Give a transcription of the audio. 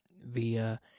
via